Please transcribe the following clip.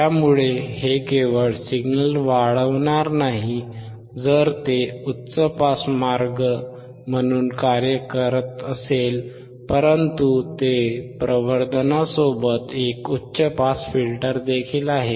त्यामुळे हे केवळ सिग्नल वाढवणार नाही जर ते उच्च पास मार्ग म्हणून कार्य करत असेल परंतु ते प्रवर्धनासोबत एक उच्च पास फिल्टर आहे